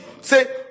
say